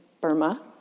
Burma